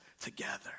together